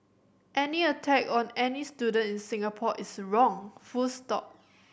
any attack on any student in Singapore is wrong full stop